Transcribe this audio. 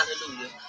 hallelujah